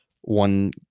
one